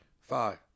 Five